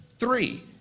Three